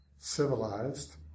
civilized